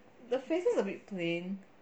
the faces a bit plain